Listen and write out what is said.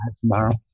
tomorrow